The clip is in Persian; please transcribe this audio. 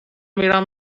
میرم